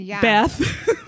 Beth